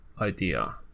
idea